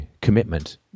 commitment